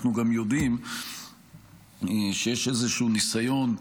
אנחנו גם יודעים שיש איזשהו ניסיון,